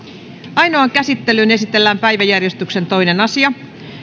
ainoaan käsittelyyn esitellään päiväjärjestyksen toinen asia